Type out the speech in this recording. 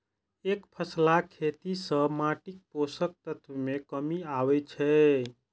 एकफसला खेती सं माटिक पोषक तत्व मे कमी आबै छै